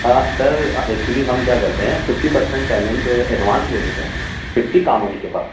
ہاں sir actually ہم کیا کرتے ہیں ففٹی پرسینٹ پیمنٹ ایڈوانس لے لیتے ہیں ففٹی کام ہونے کے بعد